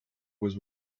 was